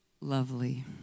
lovely